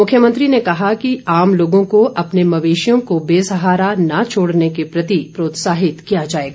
मुख्यमंत्री ने कहा कि आम लोगों को अपने मवेशियों को बेसहारा न छोड़ने के प्रति प्रोत्साहित किया जाएगा